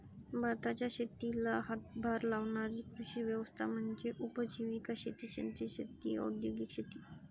भारताच्या शेतीला हातभार लावणारी कृषी व्यवस्था म्हणजे उपजीविका शेती सेंद्रिय शेती औद्योगिक शेती